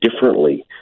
differently